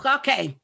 okay